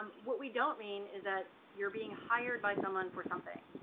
um what we don't mean is that you're being hired by someone for something